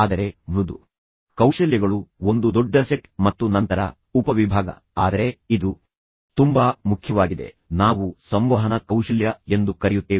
ಆದರೆ ಮೃದು ಕೌಶಲ್ಯಗಳು ಒಂದು ದೊಡ್ಡ ಸೆಟ್ ಮತ್ತು ನಂತರ ಉಪವಿಭಾಗ ಆದರೆ ಇದು ತುಂಬಾ ಮುಖ್ಯವಾಗಿದೆ ನಾವು ಸಂವಹನ ಕೌಶಲ್ಯ ಎಂದು ಕರೆಯುತ್ತೇವೆ